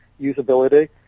usability